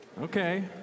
Okay